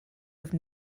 have